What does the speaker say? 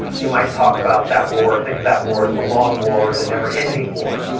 you might talk about that war, think of that war, as the long war, the never-ending war.